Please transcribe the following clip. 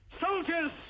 Soldiers